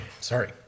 Sorry